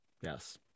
Yes